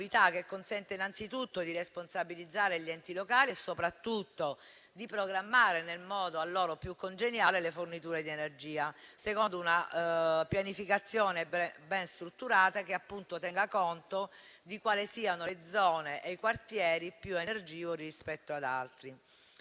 che consente innanzitutto di responsabilizzare gli enti locali e, soprattutto, di programmare, nel modo a loro più congeniale, le forniture di energia, secondo una pianificazione ben strutturata, che tenga conto di quali sono le zone e i quartieri più energivori rispetto ad altri.